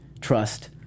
trust